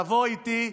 תבוא איתי,